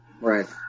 Right